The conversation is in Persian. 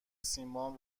سیمان